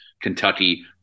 Kentucky